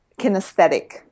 kinesthetic